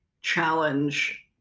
challenge